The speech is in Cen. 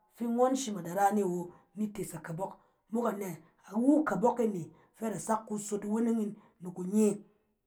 Fi ngɔn shim a da ra ne awo, ni tees akabɔk, mok anɛ? Iwu kabɔk e ne fɛ a da sak kusot iweneng 'in ni kunye.